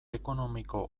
ekonomiko